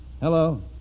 Hello